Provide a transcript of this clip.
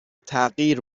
تغییر